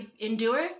endure